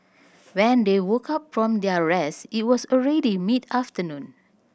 when they woke up from their rest it was already mid afternoon